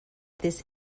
this